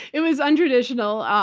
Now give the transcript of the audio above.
it was untraditional.